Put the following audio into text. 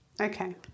Okay